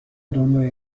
دنیای